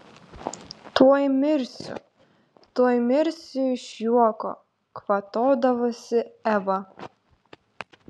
tuoj mirsiu tuoj mirsiu iš juoko kvatodavosi eva